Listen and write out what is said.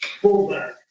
fullback